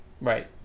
Right